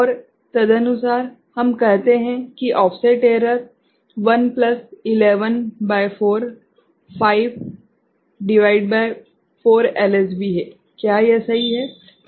और तदनुसार हम कहते हैं कि ऑफसेट एरर 1 प्लस 11 भागित 4 5 भागित 4 एलएसबी है क्या यह सही है